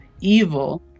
evil